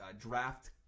draft